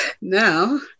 now